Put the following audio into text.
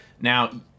Now